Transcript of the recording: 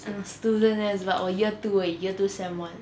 a student nurse but 我 year two 而已 sem one